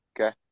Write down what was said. Okay